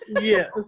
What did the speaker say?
Yes